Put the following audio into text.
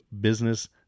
business